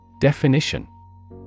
Definition